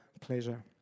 pleasure